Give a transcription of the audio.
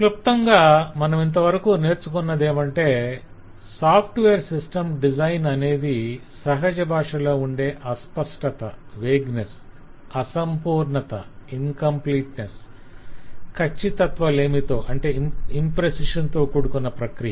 క్లుప్తంగా మనమింతవరకు నేర్చుకొన్నదేమంటే సాఫ్ట్వేర్ సిస్టమ్ డిజైన్ అనేది సహజ భాషలో ఉండే అస్పష్టత అసంపూర్ణత కచ్ఛితత్వలేమితో కూడుకొన్న ప్రక్రియ